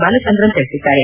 ಬಾಲಚಂದ್ರನ್ ತಿಳಿಸಿದ್ದಾರೆ